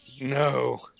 no